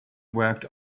worked